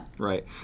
Right